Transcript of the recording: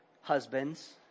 Husbands